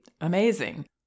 amazing